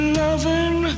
loving